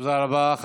תודה רבה.